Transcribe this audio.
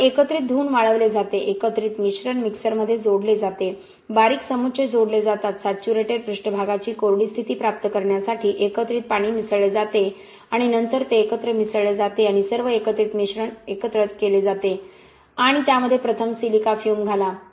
त्यामुळे एकत्रित धुऊन वाळवले जाते एकत्रित मिश्रण मिक्सरमध्ये जोडले जाते बारीक समुच्चय जोडले जातात सॅच्युरेटेड पृष्ठभागाची कोरडी स्थिती प्राप्त करण्यासाठी एकत्रीत पाणी मिसळले जाते आणि नंतर ते एकत्र मिसळले जाते आणि सर्व एकत्रित मिश्रण एकत्र केले जाते आणि त्यामध्ये प्रथम सिलिका फ्यूम घाला